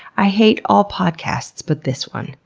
i hate all podcasts, but this one,